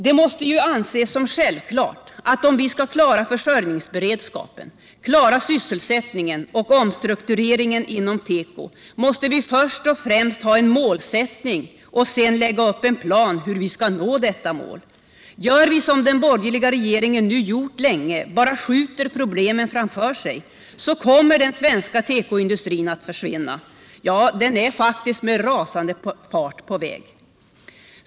Det måste anses som självklart att om vi skall klara försörjningsberedskapen, sysselsättningen och omstruktureringen inom teko, måste vi först och främst ha en målsättning och sedan lägga upp en plan för hur vi skall nå detta mål. Gör vi som den borgerliga regeringen länge gjort, som bara skjuter problemen framför sig, så kommer den svenska tekoindustrin att försvinna. Den är faktiskt med rasande fart på väg.